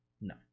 no